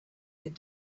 had